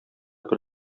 бер